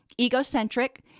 egocentric